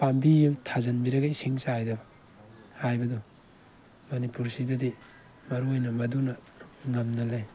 ꯄꯥꯝꯕꯤ ꯑꯃ ꯊꯥꯖꯟꯕꯤꯔꯒ ꯏꯁꯤꯡ ꯆꯥꯏꯗꯕ ꯍꯥꯏꯕꯗꯣ ꯃꯅꯤꯄꯨꯔꯁꯤꯗꯗꯤ ꯃꯔꯨꯑꯣꯏꯅ ꯃꯗꯨꯅ ꯉꯝꯅ ꯂꯩ